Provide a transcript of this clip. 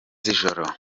z’ijoro